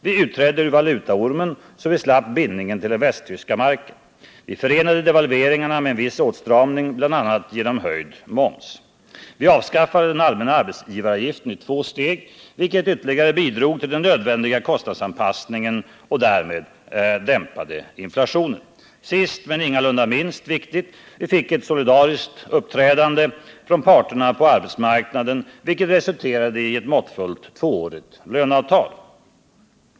Vi utträdde ur valutaormen, så vi slapp bindningen till den västtyska marken. Vi förenade devalveringarna med en viss åtstramning, bl.a. genom höjd moms. Vi avskaffade den allmänna arbetsgivaravgiften i två steg, vilket ytterligare bidrog till den nödvändiga kostnadsanpassningen och dämpade inflationen. Sist, men inte minst viktigt, fick vi ett solidariskt uppträdande från parterna på arbetsmarknaden, vilket resulterade i ett måttfullt tvåårigt löneavtal.